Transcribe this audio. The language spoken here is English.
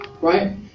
right